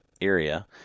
area